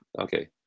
Okay